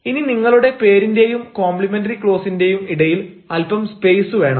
ഇനി നിങ്ങളുടെ പേരിന്റെയും കോംപ്ലിമെന്ററി ക്ലോസിന്റെയും ഇടയിൽ അല്പം സ്പേസ് വേണം